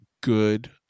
good